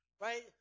Right